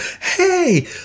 hey